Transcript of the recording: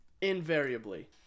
invariably